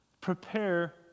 prepare